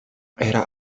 era